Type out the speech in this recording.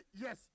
yes